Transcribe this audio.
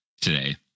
today